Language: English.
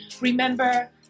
remember